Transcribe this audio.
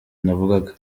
navugaga